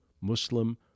Muslim